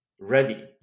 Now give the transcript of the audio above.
ready